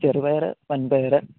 ചെറുപയർ വൻപയർ